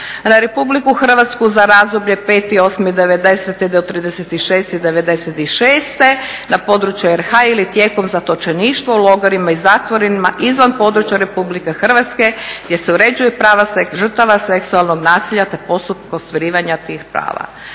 na RH za razdoblje 5.08.'90. do 30.06.'96. na području RH ili tijekom zatočeništva u logorima i zatvorima izvan područja RH gdje se uređuju prava žrtava seksualnog nasilja te postupku ostvarivanja tih prava.